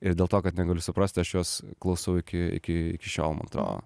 ir dėl to kad negaliu suprast aš juos klausau iki iki iki šiol man atrodo